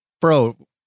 Bro